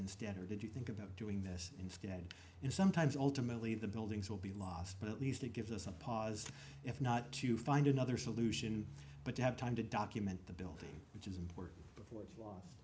instead or did you think about doing this instead and sometimes ultimately the buildings will be lost but at least it gives us a pause if not to find another solution but to have time to document the building which is important